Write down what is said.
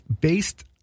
based